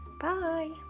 Bye